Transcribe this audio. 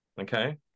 okay